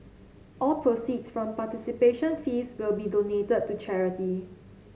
all proceeds from participation fees will be donated to charity